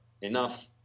enough